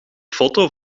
foto